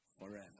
forever